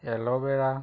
aloe vera